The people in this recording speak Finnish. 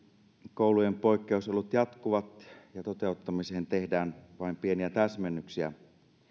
koulujen poikkeusolot jatkuvat ja toteuttamiseen tehdään vain pieniä täsmennyksiä